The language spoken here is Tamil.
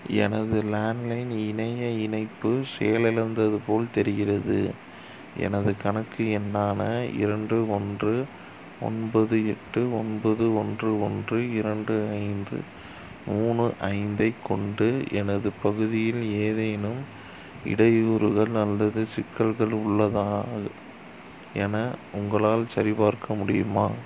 எனது லேண்ட்லைன் இணைய இணைப்பு செயலிழந்தது போல் தெரிகிறது எனது கணக்கு எண்ணான இரண்டு ஒன்று ஒன்பது எட்டு ஒன்பது ஒன்று ஒன்று இரண்டு ஐந்து மூணு ஐந்தைக் கொண்டு எனது பகுதியில் ஏதேனும் இடையூறுகள் அல்லது சிக்கல்கள் உள்ளதா என உங்களால் சரிபார்க்க முடியுமா